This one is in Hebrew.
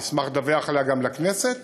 אני אשמח לדווח עליה גם לכנסת